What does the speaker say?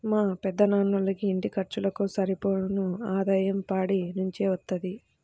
మా పెదనాన్నోళ్ళకి ఇంటి ఖర్చులకు సరిపోను ఆదాయం పాడి నుంచే వత్తది